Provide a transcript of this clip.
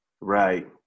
Right